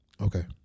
okay